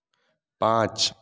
पाँच